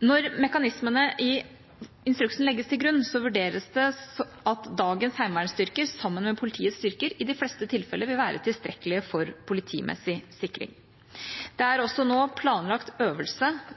Når mekanismene i instruksen legges til grunn, vurderes det at dagens heimevernstyrker, sammen med politiets styrker, i de fleste tilfeller vil være tilstrekkelig for politimessig sikring. Det er også planlagt øvelse